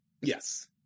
Yes